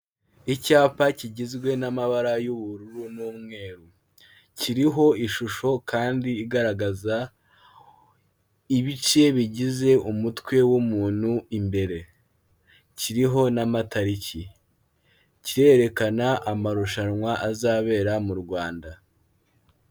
Icyapa kigizwe n'amabara y'ubururu n'umweru, kiriho ishusho kandi igaragaza ibice bigize umutwe w'umuntu imbere, kiriho n'amatariki, cyirerekana amarushanwa azabera mu Rwanda.